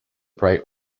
bright